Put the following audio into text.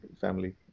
family